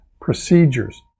procedures